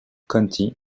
county